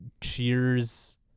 Cheers